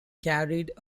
carried